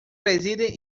residen